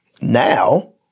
now